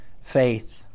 faith